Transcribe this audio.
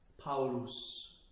paulus